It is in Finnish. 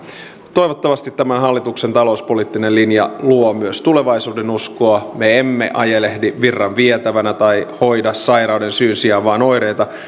toivottavasti tämän hallituksen talouspoliittinen linja luo myös tulevaisuudenuskoa me emme ajelehdi virran vietävänä tai hoida sairauden syyn sijaan vain oireita